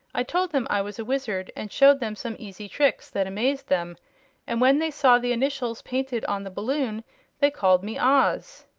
i told them i was a wizard, and showed them some easy tricks that amazed them and when they saw the initials painted on the balloon they called me oz.